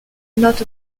not